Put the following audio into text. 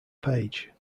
page